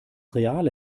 reale